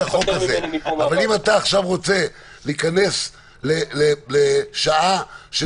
אבל אם אתה עכשיו רוצה להיכנס לשעה של